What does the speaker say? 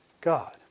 God